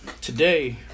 today